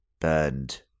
burned